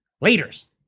Leaders